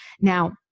now